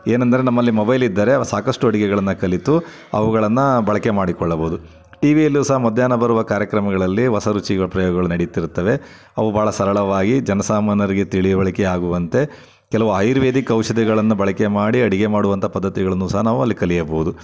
ಏನೆಂದರೆ ನಮ್ಮಲ್ಲಿ ಮೊಬೈಲ್ ಇದ್ದರೆ ಸಾಕಷ್ಟು ಅಡಿಗೆಗಳನ್ನು ಕಲಿತು ಅವುಗಳನ್ನು ಬಳಕೆ ಮಾಡಿಕೊಳ್ಳಬಹುದು ಟಿ ವಿಯಲ್ಲು ಸಹ ಮಧ್ಯಾಹ್ನ ಬರುವ ಕಾರ್ಯಕ್ರಮಗಳಲ್ಲಿ ಹೊಸ ರುಚಿಗಳ ಪ್ರಯೋಗಗಳ ನಡೀತಿರುತ್ತವೆ ಅವು ಭಾಳ ಸರಳವಾಗಿ ಜನಸಾಮಾನ್ಯರಿಗೆ ತಿಳಿವಳಿಕೆ ಆಗುವಂತೆ ಕೆಲವು ಆಯುರ್ವೇದಿಕ್ ಔಷಧಿಗಳನ್ನ ಬಳಕೆ ಮಾಡಿ ಅಡಿಗೆ ಮಾಡುವಂಥ ಪದ್ಧತಿಗಳನ್ನು ಸಹ ನಾವು ಅಲ್ಲಿ ಕಲಿಯಬಹುದು